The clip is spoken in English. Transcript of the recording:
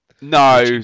No